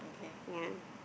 ya